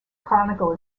chronicle